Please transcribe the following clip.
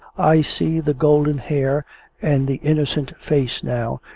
i see the golden hair and the innocent face now,